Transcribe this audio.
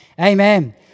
Amen